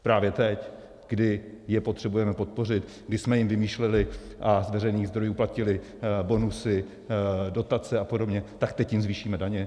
Právě teď, kdy je potřebujeme podpořit, kdy jsme jim vymýšleli a z veřejných zdrojů platili bonusy, dotace apod., tak teď jim zvýšíme daně?